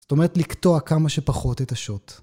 זאת אומרת לקטוע כמה שפחות את השוט.